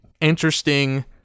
interesting